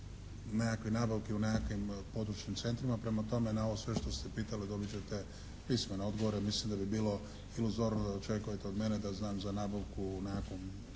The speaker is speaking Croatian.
nekakve nabavke u nekakvim područnim centrima. Prema tome na ovo sve što ste pitali dobiti ćete pismene odgovore, mislim da bi bilo iluzorno da očekujete od mene da znam za nabavku o nekakvoj